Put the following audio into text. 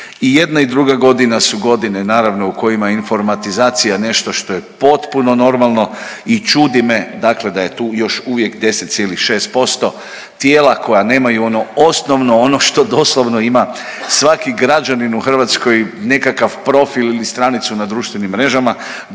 i jedna i druga godina su godine naravno u kojima informatizacija je nešto što je potpuno normalno i čudi me dakle da je tu još uvijek 10,6% tijela koja nemaju ono osnovno, ono što doslovno ima svaki građanin u Hrvatskoj nekakav profil ili stranicu na društvenim mrežama,